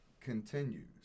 continues